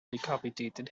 decapitated